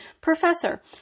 Professor